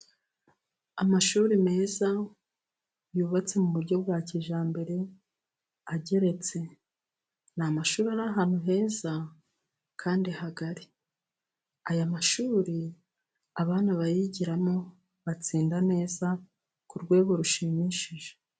Amashuri meza yubatse mu buryo bwa kijyambere ageretse ni amashuri arahantu heza kandi hagari ,aya mashuri abana bayigiramo batsinda neza ku rwego rushimishije.